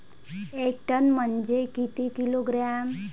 एक टन म्हनजे किती किलोग्रॅम?